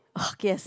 guess